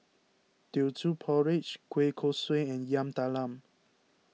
Teochew Porridge Kueh Kosui and Yam Talam